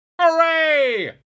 Hooray